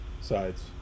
sides